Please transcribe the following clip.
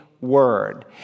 word